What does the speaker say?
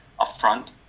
upfront